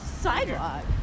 sidewalk